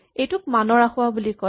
এইটোক মানৰ আসোঁৱাহ বুলি কয়